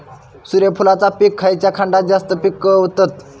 सूर्यफूलाचा पीक खयच्या खंडात जास्त पिकवतत?